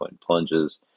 plunges